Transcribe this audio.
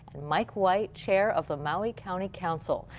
and mike white. chair of the maui county council.